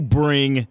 bring